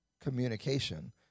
communication